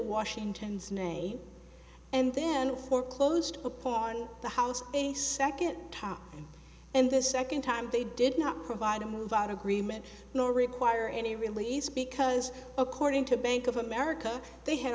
washington's name and then foreclosed upon the house a second time and the second time they did not provide a move out agreement nor require any release because according to bank of america they had